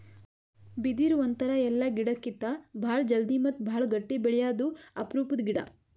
ಬಿದಿರ್ ಒಂಥರಾ ಎಲ್ಲಾ ಗಿಡಕ್ಕಿತ್ತಾ ಭಾಳ್ ಜಲ್ದಿ ಮತ್ತ್ ಭಾಳ್ ಗಟ್ಟಿ ಬೆಳ್ಯಾದು ಅಪರೂಪದ್ ಗಿಡಾ